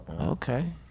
Okay